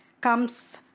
comes